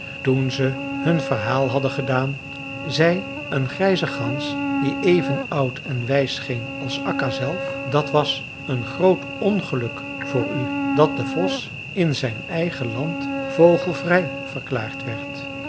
toen ze hun verhaal hadden gedaan zei een grijze gans die even oud en wijs scheen als akka zelf dat was een groot ongeluk voor u dat de vos in zijn eigen land vogelvrij verklaard werd